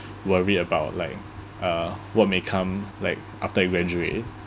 worry about like uh what may come like after you graduate